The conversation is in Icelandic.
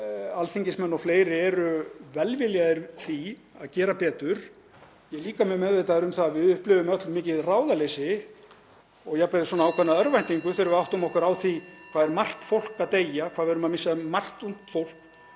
alþingismenn og fleiri eru velviljaðir því að gera betur. Ég er líka mjög meðvitaður um það að við upplifum öll mikið ráðaleysi og jafnvel ákveðna örvæntingu þegar við áttum okkur á því hvað það er margt fólk að deyja, hvað við erum að missa margt ungt fólk.